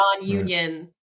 non-union